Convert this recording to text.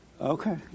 okay